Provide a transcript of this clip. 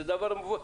זה דבר מובן.